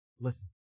Listen